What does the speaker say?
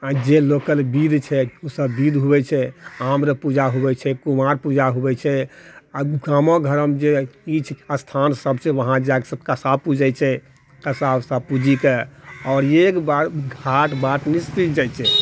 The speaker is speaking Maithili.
आओर जे लोकके बिध छै सब बिध हुवै छै आम्र पूजा हुवै छै कुआँके पूजा हुवै छै आओर गामके घरोमे जे तीर्थ स्थान सब छै वहाँ जाकऽ सब कासा पूजै छै कसा उसा पूजी कऽ आओर ई आओर एक बार घाट बाट निश्चित जाइ छै